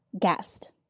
guest